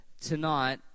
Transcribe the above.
tonight